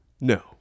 No